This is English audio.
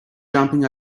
jumping